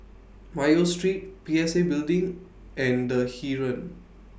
Mayo Street P S A Building and The Heeren